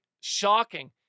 shocking